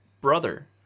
brother